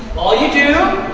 all you do,